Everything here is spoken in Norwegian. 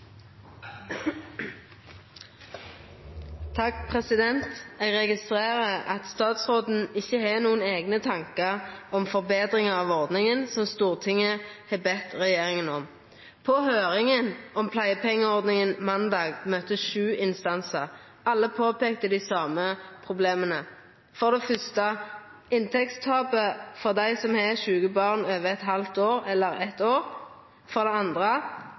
Eg registrerer at statsråden ikkje har nokre eigne tankar om forbetringar av ordninga, som Stortinget har bede regjeringa om. På høyringa om pleiepengeordninga på måndag møtte sju instansar, og alle påpeikte dei same problema. For det første: inntektstapet for dei som har sjuke barn over eit halvt år eller eitt år, for det andre